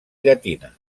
llatina